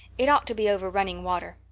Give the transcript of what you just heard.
it ought to be over running water.